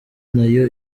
nayo